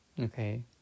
Okay